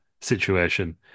situation